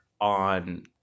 on